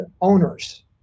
owners